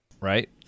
right